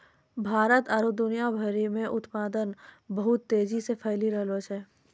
भारत आरु दुनिया भरि मे उत्पादन बहुत तेजी से फैली रैहलो छै